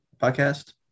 podcast